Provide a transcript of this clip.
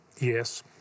yes